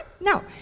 No